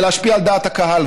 ולהשפיע על דעת הקהל.